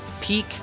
peak